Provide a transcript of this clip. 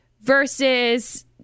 versus